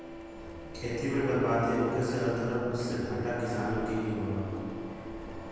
खेती में बरबादी होखे से हर तरफ से घाटा किसानन के ही होला